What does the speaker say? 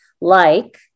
like-